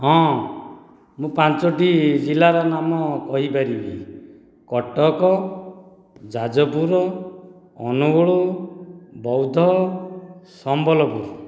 ହଁ ମୁଁ ପାଞ୍ଚଟି ଜିଲ୍ଲାର ନାମ କହିପାରିବି କଟକ ଯାଜପୁର ଅନୁଗୁଳ ବୌଦ୍ଧ ସମ୍ବଲପୁର